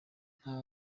nta